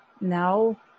Now